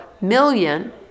million